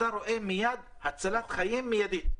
אתה רואה הצלת חיים מידית.